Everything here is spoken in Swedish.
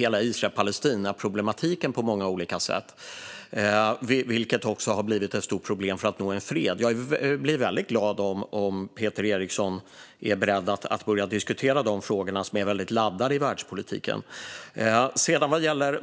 Israel-Palestina-problematiken på många olika sätt - vilket också har blivit ett stort problem för att nå fred. Jag blir väldigt glad om Peter Eriksson är beredd att börja diskutera dessa frågor, som är väldigt laddade i världspolitiken.